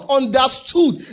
understood